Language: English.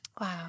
Wow